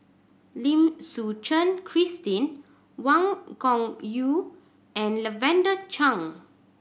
Lim Suchen Christine Wang Gungwu and Lavender Chang